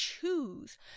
choose